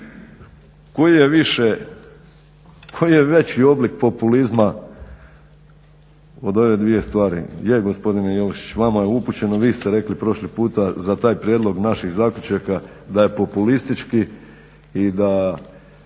koji je veći oblik populizma od ove dvije stvari? Je gospodine Jelušić vama je upućeno, vi ste rekli prošli puta za taj prijedlog naših zaključaka da je populistički i da